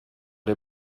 der